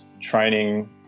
training